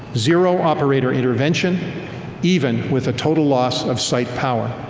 zero operator intervention even with a total loss of site power.